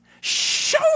show